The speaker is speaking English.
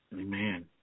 Amen